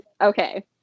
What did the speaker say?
okay